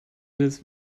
this